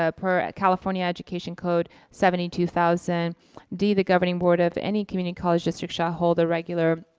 ah per california education code seventy two thousand d the governing board of any community college district shall hold a regular,